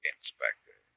Inspector